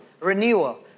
Renewal